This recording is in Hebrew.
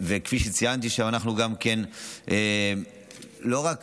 וכפי שציינתי שם, לא רק